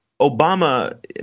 Obama